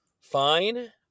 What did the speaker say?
fine